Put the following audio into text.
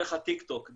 דרך הטיק טוק,